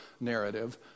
narrative